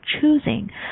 choosing